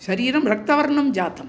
शरीरं रक्तवर्णं जातम्